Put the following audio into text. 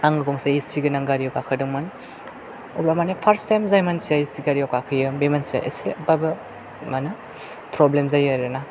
आङो गंसे ए सि गोनां गारियाव गाखोदोंमोन अब्ला माने फार्स्ट टाइम जाय मानसिया ए सि गारियाव गाखोयो बे मानसिया एसेबाबो माने प्रब्लेम जायो आरोना